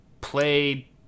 play